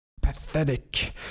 pathetic